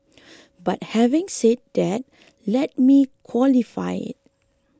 but having said that let me qualify it